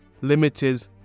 limited